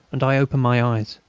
and i opened my eyes.